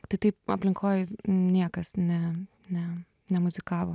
tai taip aplinkoj niekas ne ne nemuzikavo